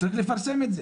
וצריך לפרסם את זה.